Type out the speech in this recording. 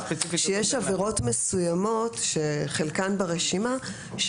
יש עבירות מסוימות שחלקן ברשימה,